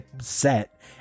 set